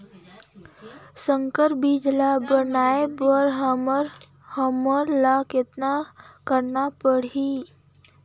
संकर बीजा ल बनाय बर हमन ल कतना करना परही?